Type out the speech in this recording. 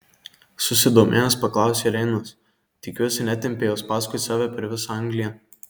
susidomėjęs paklausė reinas tikiuosi netempei jos paskui save per visą angliją